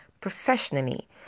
professionally